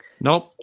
Nope